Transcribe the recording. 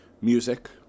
music